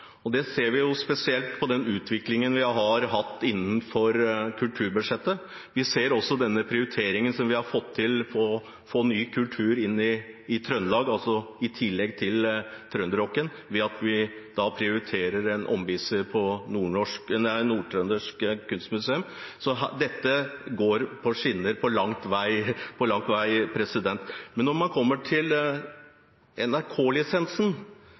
Det ser vi spesielt på den utviklingen vi har hatt innenfor kulturbudsjettet. Vi ser også denne prioriteringen vi har fått til for ny kultur i Trøndelag, altså i tillegg til trønderrocken, ved at vi prioriterer en omviser på Kunstmuseet Nord-Trøndelag. Dette går på skinner langt på vei. Når det kommer til NRK-lisensen, mener Fremskrittspartiet at vi ikke er helt i mål ennå. Men